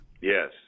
Yes